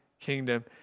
kingdom